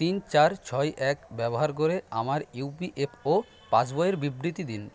তিন চার ছয় এক ব্যবহার করে আমার ইউপিএফও পাসবইয়ের বিবৃতি দিন